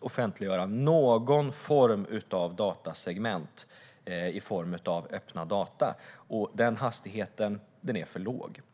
offentliggöra någon form av datasegment i form av öppna data. Den hastigheten är för låg.